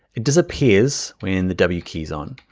it disappears when the w key is on,